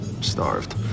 Starved